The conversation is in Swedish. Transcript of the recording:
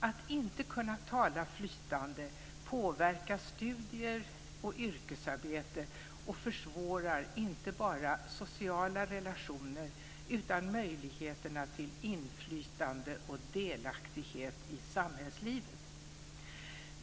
Att inte kunna tala flytande påverkar studier och yrkesarbete och försvårar inte bara sociala relationer utan möjligheterna till inflytande och delaktighet i samhällslivet.